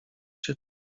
się